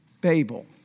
Babel